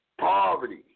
Poverty